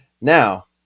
now